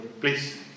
Please